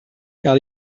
car